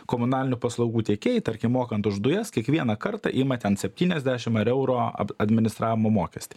komunalinių paslaugų tiekėjai tarkim mokant už dujas kiekvieną kartą ima ten septyniasdešim ar euro ap administravimo mokestį